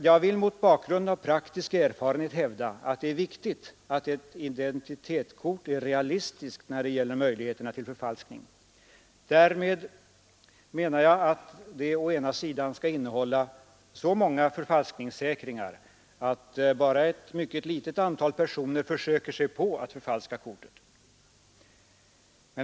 Jag vill mot bakgrund av praktisk erfarenhet hävda att det är viktigt att ett identitetskort är realistiskt när det gäller möjligheterna att undvika förfalskning. Därmed menar jag att det å ena sidan skall innehålla så många förfalskningssäkringar att bara ett mycket litet antal personer försöker sig på att förfalska kortet.